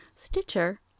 Stitcher